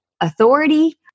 authority